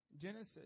Genesis